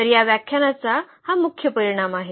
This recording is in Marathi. तर या व्याख्यानाचा हा मुख्य परिणाम आहे